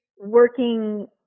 working